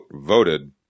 voted